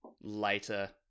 later